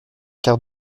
quart